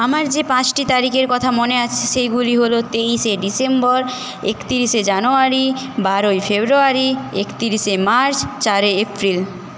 আমার যে পাঁচটি তারিখের কথা মনে আছে সেইগুলো হল তেইশে ডিসেম্বর একতিরিশে জানুয়ারি বারোই ফেব্রুয়ারি একতিরিশে মার্চ চারই এপ্রিল